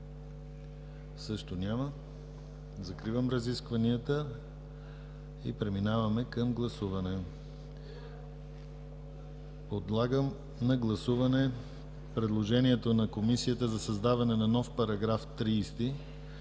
Няма. Закривам разискванията и преминаваме към гласуване. Подлагам на гласуване предложението на Комисията за създаване на нов § 30